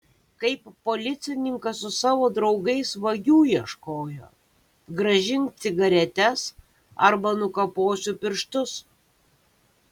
kaip policininkas su savo draugais vagių ieškojo grąžink cigaretes arba nukaposiu pirštus